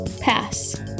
Pass